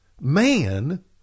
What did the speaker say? man